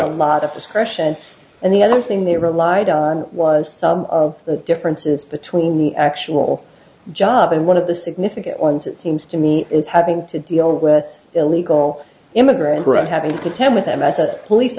question and the other thing they relied on was some of the differences between the actual job and one of the significant ones it seems to me is having to deal with illegal immigrant right having to contend with them as a police